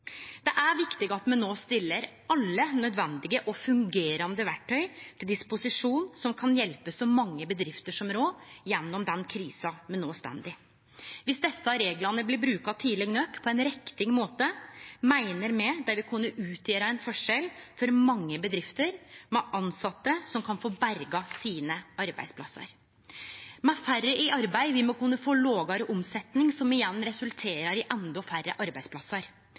Det er viktig at me no stiller til disposisjon alle nødvendige og fungerande verktøy som kan hjelpe så mange bedrifter som råd gjennom den krisa me no står i. Viss desse reglane blir brukte tidleg nok på ein riktig måte, meiner me dei vil kunne utgjere ein forskjell for mange bedrifter med tilsette som kan få berga arbeidsplassane sine. Med færre i arbeid vil me kunne få lågare omsetning, som igjen resulterer i endå færre arbeidsplassar.